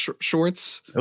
shorts